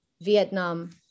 Vietnam